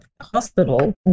hospital